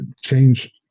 change